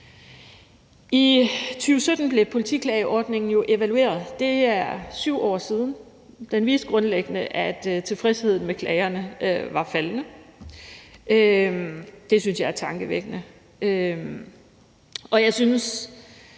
I 2017 blev politiklageordningen jo evalueret. Det er 7 år siden. Den viste grundlæggende, at tilfredsheden med klagerne var faldende. Det synes jeg er tankevækkende, og jeg synes,